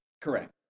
Correct